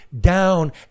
down